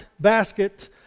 basket